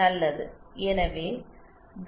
சரியா